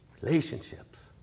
Relationships